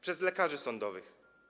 Przez lekarzy sądowych.